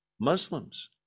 Muslims